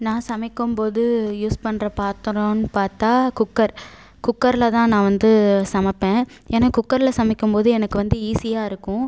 நான் சமைக்கும் போது யூஸ் பண்ணுற பத்திரோன்னு பார்த்தா குக்கர் குக்கரில் தான் நான் வந்து சமைப்பேன் ஏன்னால் குக்கரில் சமைக்கும் போது எனக்கு வந்து ஈஸியாருக்கும்